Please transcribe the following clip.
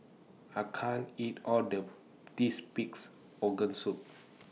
I can't eat All of This Pig'S Organ Soup